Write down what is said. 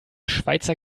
schweizer